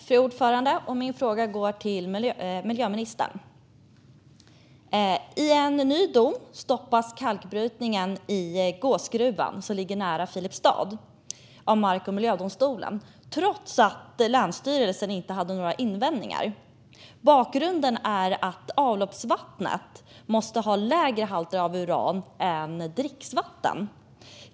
Fru talman! Min fråga går till miljöministern. I en ny dom stoppas kalkbrytningen i Gåsgruvan nära Filipstad av mark och miljödomstolen trots att länsstyrelsen inte invände mot brytningen. Bakgrunden är att avloppsvattnet måste ha lägre halt av uran än dricksvatten.